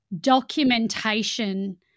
documentation